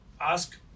ask